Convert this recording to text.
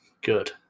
Good